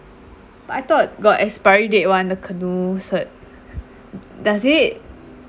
but I thought got expiry date [one] the canoe cert does it